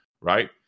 right